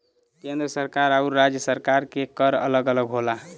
केंद्र सरकार आउर राज्य सरकार के कर अलग अलग होला